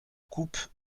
coupe